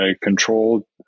control